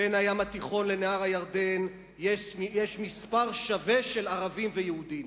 בין הים התיכון לנהר הירדן יש מספר שווה של ערבים ויהודים.